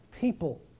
people